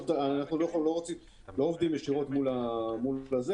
אנחנו לא עובדים ישירות מול הגורמים.